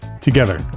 together